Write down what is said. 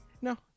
No